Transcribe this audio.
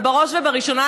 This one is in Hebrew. אבל בראש ובראשונה,